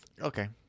okay